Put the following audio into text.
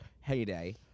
heyday